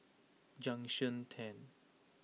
Junction ten